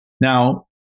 Now